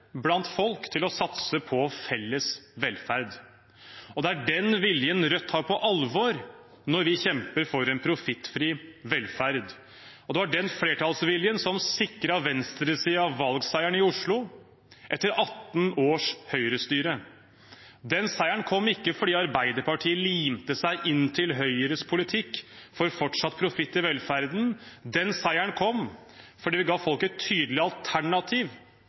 blant folk til å satse på felles velferd, og det er den viljen Rødt tar på alvor når vi kjemper for en profittfri velferd. Det var den flertallsviljen som sikret venstresiden valgseieren i Oslo, etter 18 års Høyre-styre. Den seieren kom ikke fordi Arbeiderpartiet limte seg inntil Høyres politikk for fortsatt profitt i velferden, den seieren kom fordi vi ga folk et tydelig alternativ